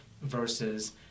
versus